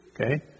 Okay